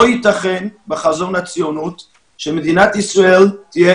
לא ייתכן בחזון הציונות שמדינת ישראל תהיה